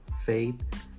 faith